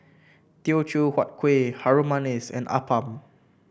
Teochew Huat Kuih Harum Manis and appam